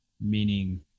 Meaning